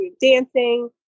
dancing